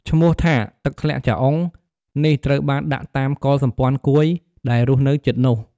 ឈ្មោះថា ទឹកធ្លាក់ចាអុង នេះត្រូវបានដាក់តាម កុលសម្ព័ន្ធគួយ ដែលរស់នៅជិតនោះ។